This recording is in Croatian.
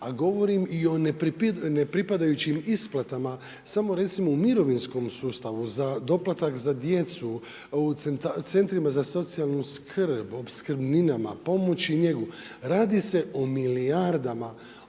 a govorim i o ne pripadajućim isplatama. Samo recimo u mirovinskom sustavu za doplatak za djecu, u centrima za socijalnu skrb, opskrbnicama, pomoć i njegu, radi se o milijardama